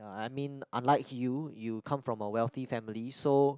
ah I mean unlike you you come from a wealthy family so